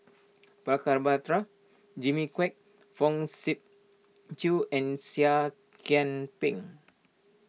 Prabhakara Jimmy Quek Fong Sip Chee and Seah Kian Peng